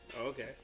Okay